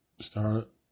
start